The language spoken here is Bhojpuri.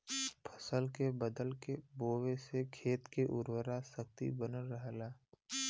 फसल के बदल के बोये से खेत के उर्वरा शक्ति बनल रहला